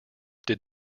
did